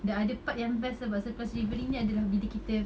the other part yang best sebab selepas delivery ini adalah bila kita